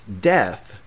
death